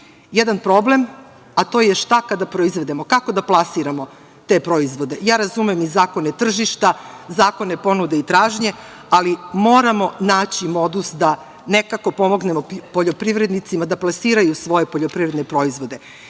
jedan problem, a to je šta kada proizvedemo, kako da plasiramo te proizvode. Ja razumem i zakone tržišta, zakone ponude i tražnje, ali moramo naći modus da nekako pomognemo poljoprivrednicima da plasiraju svoje poljoprivredne proizvode. Ja